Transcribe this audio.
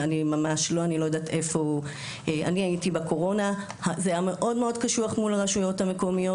אני הייתי בקורונה זה היה מאוד מאוד קשוח מול הרשויות המקומיות.